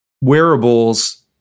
wearables